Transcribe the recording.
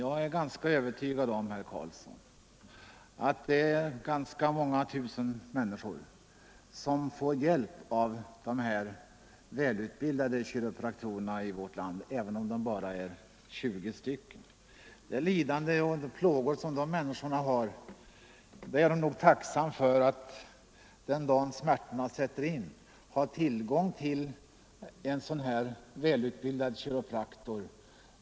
Jag är övertygad om, herr Karls Nr 109 son, att det är många tusen människor som får hjälp av de välutbildade Onsdagen den kiropraktorerna i vårt land, även om dessa bara är 20 stycken. Den dag 30 oktober 1974 smärtorna sätter in är nog lidande och plågade människor glada för att = ha tillgång till en välutbildad kiropraktor.